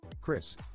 Chris